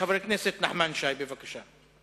חבר הכנסת נחמן שי, בבקשה.